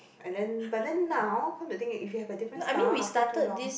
and then but then now cause the thing if you have a different style after too long